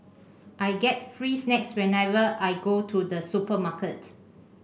I get free snacks whenever I go to the supermarket